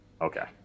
Okay